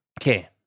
Okay